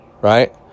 right